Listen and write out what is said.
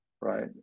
right